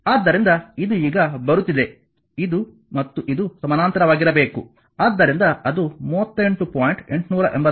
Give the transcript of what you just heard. ಆದ್ದರಿಂದ ಇದು ಈಗ ಬರುತ್ತಿದೆ ಇದು ಮತ್ತು ಇದು ಸಮಾನಾಂತರವಾಗಿರಬೇಕು ಆದ್ದರಿಂದ ಅದು 38